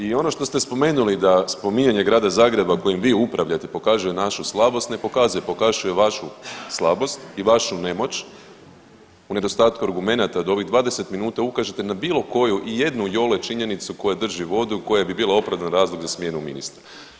I ono što ste spomenuli da spominjanje Grada Zagreba kojim vi upravljate pokaže našu slabost ne pokazuje, pokazuje vašu slabost i vašu nemoć u nedostatku argumenata da u ovih 20 minuta ukažete na bilo koju i jednu iole činjenicu koja drži vodu koja bi opravdan razlog sa smjenu ministra.